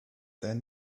then